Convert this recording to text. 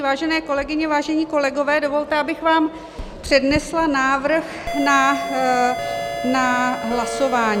Vážené kolegyně, vážení kolegové, dovolte, abych vám přednesla návrh na hlasování.